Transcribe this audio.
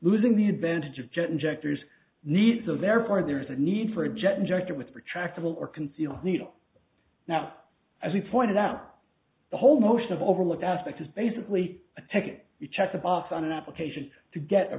losing the advantage of jet injectors needs of airport there is a need for a jet injector with retractable or conceal needle now as we pointed out the whole notion of overlooked aspect is basically a ticket you check the box on an application to get a